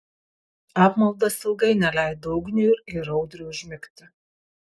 apmaudas ilgai neleido ugniui ir audriui užmigti